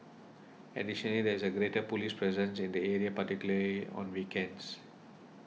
additionally there is a greater police presence in the area particularly on weekends